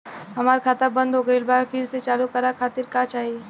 हमार खाता बंद हो गइल बा फिर से चालू करा खातिर का चाही?